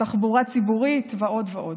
תחבורה ציבורית ועוד ועוד.